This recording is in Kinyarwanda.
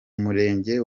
murenge